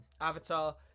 Avatar